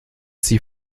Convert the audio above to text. sie